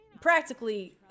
practically